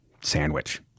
sandwich